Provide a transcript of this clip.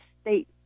State